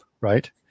right